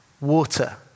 water